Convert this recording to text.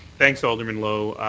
thanks, alderman lowe.